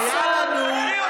אתה משקר לציבור, מיקי לוי.